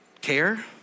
care